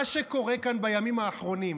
מה שקורה כאן בימים האחרונים,